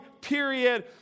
period